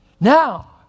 Now